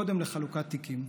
קודם לחלוקת תיקים.